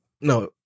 No